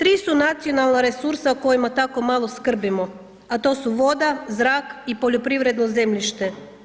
Tri su nacionalna resursa o kojima tako malo skrbimo, a to su voda, zrak i poljoprivredno zemljište.